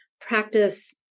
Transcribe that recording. practice